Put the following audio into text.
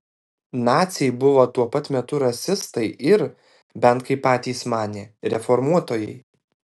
naciai buvo tuo pat metu rasistai ir bent kaip patys manė reformuotojai